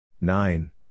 nine